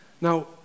Now